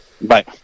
Bye